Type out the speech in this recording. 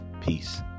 Peace